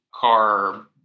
car